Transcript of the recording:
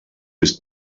was